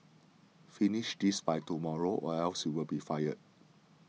finish this by tomorrow or else you'll be fired